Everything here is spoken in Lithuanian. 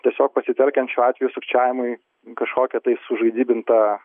tiesiog pasitelkiant šiuo atveju sukčiavimui kažkokią tai sužaidybintą